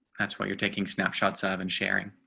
that's what you're taking snapshots of and sharing,